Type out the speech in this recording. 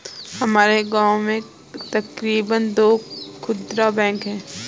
हमारे गांव में तकरीबन दो खुदरा बैंक है